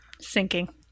Sinking